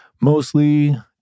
mostly